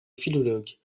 philologue